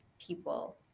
people